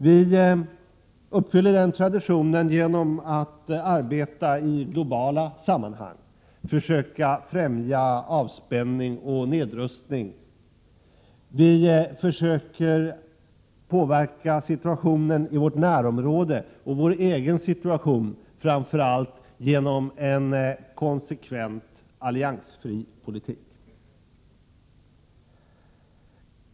Vi upprätthåller den traditionen genom att arbeta i globala sammanhang. Vi försöker främja avspänning och nedrustning och vi försöker påverka situationen i vårt närområde samt vår egen situation genom framför allt en konsekvent alliansfri politik.